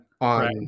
on